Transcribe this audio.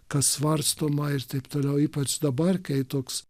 kas svarstoma ir taip toliau ypač dabar kai toks